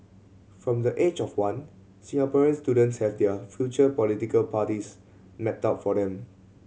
from the age of one Singaporean students have their future political parties mapped out for them